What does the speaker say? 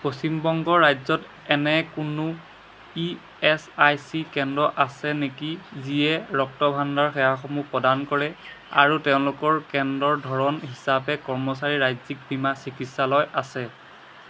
পশ্চিম বংগ ৰাজ্যত এনে কোনো ই এছ আই চি কেন্দ্ৰ আছে নেকি যিয়ে ৰক্তভাণ্ডাৰ সেৱাসমূহ প্ৰদান কৰে আৰু তেওঁলোকৰ কেন্দ্ৰৰ ধৰণ হিচাপে কৰ্মচাৰীৰ ৰাজ্যিক বীমা চিকিৎসালয় আছে